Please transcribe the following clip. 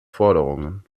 forderungen